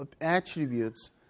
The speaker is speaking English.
attributes